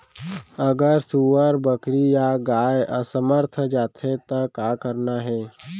अगर सुअर, बकरी या गाय असमर्थ जाथे ता का करना हे?